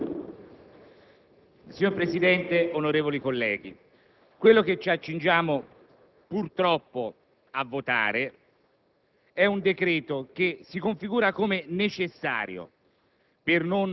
Signor Presidente, onorevoli colleghi, quello che ci accingiamo purtroppo a convertire è un decreto-legge che si configura necessario